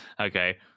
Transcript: Okay